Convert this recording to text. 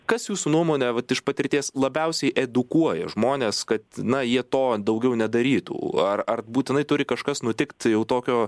kas jūsų nuomone vat iš patirties labiausiai edukuoja žmones kad na jie to daugiau nedarytų ar ar būtinai turi kažkas nutikt jau tokio